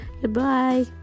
Goodbye